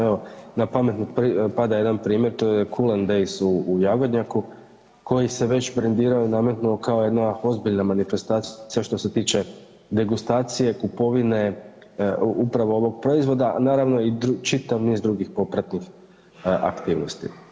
Evo na pamet mi pada jedan primjer, to je KulenDayz u Jagodnjaku koji se već brendirao i nametnuo kao jedna ozbiljna manifestacija što se tiče degustacije, kupovine upravo ovog proizvoda, a naravno i čitav niz drugih popratnih aktivnosti.